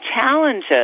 challenges